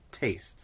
tastes